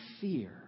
fear